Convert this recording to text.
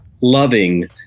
loving